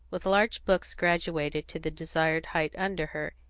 with large books graduated to the desired height under her,